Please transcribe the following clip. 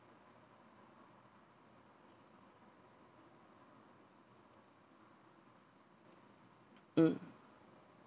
mm